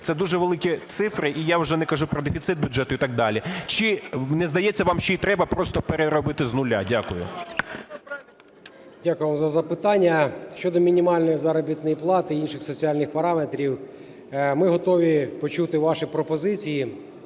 Це дуже великі цифри, і я вже не кажу про дефіцит бюджету і так далі. Чи не здається вам, що її треба просто переробити з нуля? Дякую. 10:52:20 МАРЧЕНКО С.М. Дякую вам за запитання. Щодо мінімальної заробітної плати і інших соціальних параметрів, ми готові почути ваші пропозиції